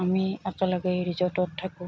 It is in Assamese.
আমি একেলগেই ৰিজৰ্টত থাকোঁ